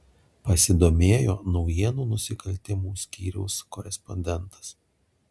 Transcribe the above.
pasidomėjo naujienų nusikaltimų skyriaus korespondentas